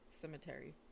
cemetery